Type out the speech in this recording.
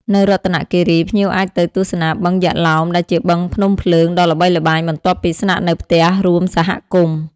នៅរតនគិរី ភ្ញៀវអាចទៅទស្សនាបឹង យក្សឡោម ដែលជាបឹងភ្នំភ្លើងដ៏ល្បីល្បាញ បន្ទាប់ពីស្នាក់នៅផ្ទះរួមសហគមន៍។